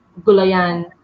Gulayan